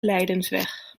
lijdensweg